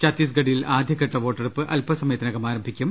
ഛത്തീസ്ഗഡിൽ ആദ്യഘട്ട വോട്ടെടുപ്പ് അൽപസമയത്തി നകം ആരംഭിക്കും